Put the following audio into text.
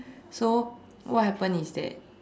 so what happened is that